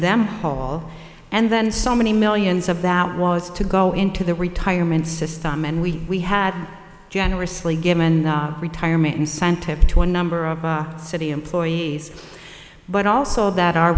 them whole and then so many millions of that was to go into the retirement system and we we had generously given the retirement incentive to a number of city employees but also that our